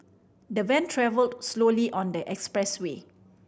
the van travelled slowly on the expressway